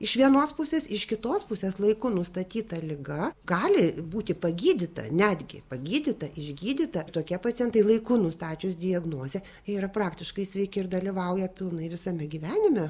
iš vienos pusės iš kitos pusės laiku nustatyta liga gali būti pagydyta netgi pagydyta išgydyta tokie pacientai laiku nustačius diagnozę yra praktiškai sveiki ir dalyvauja pilnai visame gyvenime